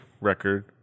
record